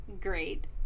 great